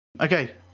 Okay